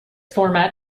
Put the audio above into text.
format